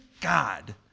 God